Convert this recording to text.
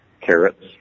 carrots